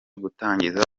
gutangiza